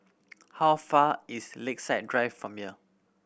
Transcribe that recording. how far is Lakeside Drive from here